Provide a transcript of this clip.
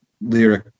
lyric